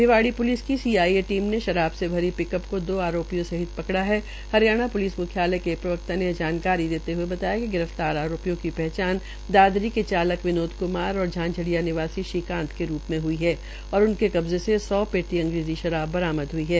Rewari police की CIA team ने शराब से भरी पिकअप के दो आरोपियों सहित पकड़ा है हरियाणा प्लिस मुख्यालय के एक प्रवक्ता ने यह जानकारी देते हए बतायाकि गिर फ्तार आरोपियों की पहचान दादरी के चालक विनोद क्मार और झांझडिया निवासी श्रीकांत के रूप में हुई है और उनके कब्जे से सौं पेटी अंग्रेजी शराब बरामद हुई है